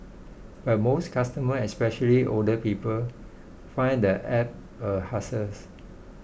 but most customers especially older people find the app a hassles